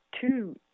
two